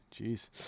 Jeez